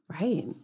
Right